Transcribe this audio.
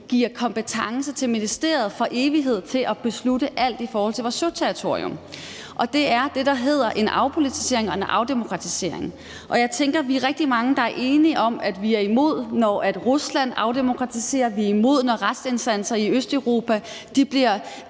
giver kompetence til ministeriet til for evighed at beslutte alt i forhold til vores søterritorium, og det er det, der hedder en afpolitisering og en afdemokratisering. Jeg tænker, at vi er rigtig mange, der er enige om, at vi er imod, når Rusland afdemokratiserer, at vi er imod, når retsinstanser i Østeuropa bliver